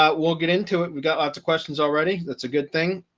ah we'll get into it. we got lots of questions already. that's a good thing.